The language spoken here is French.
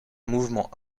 mouvement